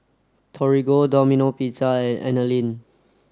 Torigo Domino Pizza and Anlene